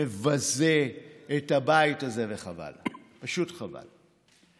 מבזה את הבית הזה, וחבל, פשוט חבל.